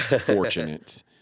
fortunate